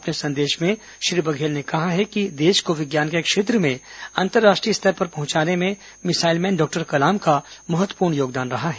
अपने संदेश में श्री बघेल ने कहा है कि देश को विज्ञान के क्षेत्र में अंतर्राष्ट्रीय स्तर पर पहुंचाने में भिसाइलमैन डॉक्टर कलाम का महत्वपूर्ण योगदान रहा है